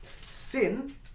sin